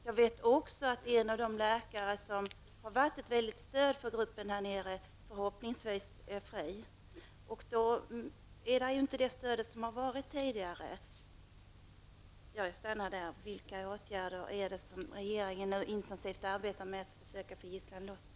Jag vet också att en av de läkare som varit ett stort stöd för gruppen där nere nu förhoppningsvis är fri, och då finns ju inte det stöd som funnits tidigare. Vilka är de åtgärder som regeringen nu arbetar intensivt med för att försöka få loss gisslan?